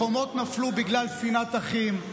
החומות נפלו בגלל שנאת אחים,